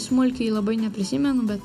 smulkiai labai neprisimenu bet